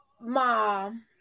mom